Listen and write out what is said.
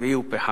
טבעי ופחם.